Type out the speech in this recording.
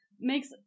makes